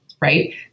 right